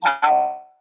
power